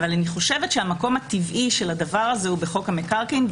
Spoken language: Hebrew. אבל אני חושבת שהמקום הטבעי של הדבר הזה הוא בחוק המקרקעין,